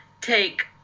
take